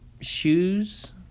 shoes